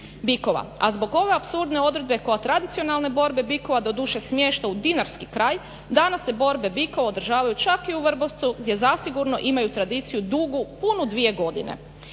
bikova. A zbog ove apsurdne odredbe koja tradicionalne borbe bikova doduše smješta u dinarski kraj danas se borbe bikova održavaju čak i u Vrbovcu gdje zasigurno imaju tradiciju dugu punu dvije godine.